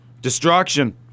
destruction